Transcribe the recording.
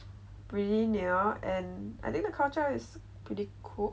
really near and I think the culture is pretty cool